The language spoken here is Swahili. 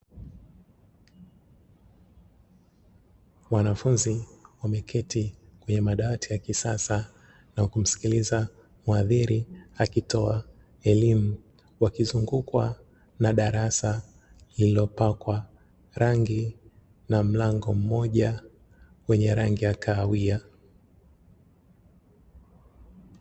Wanafunzi wameketi kwenye madawati ya kisasa na kumsikiliza mhadhiri akitoa elimu, wakizungukwa na darasa lililopakwa rangi, na mlango mmoja kwenye rangi ya kahawia.